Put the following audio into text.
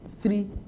Three